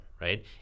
right